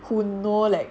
who know like